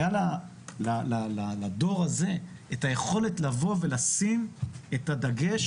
היה לדור הזה את היכולת לבוא ולשים את הדגש,